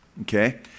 okay